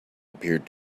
appeared